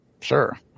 sure